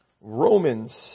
Romans